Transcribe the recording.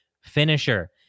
finisher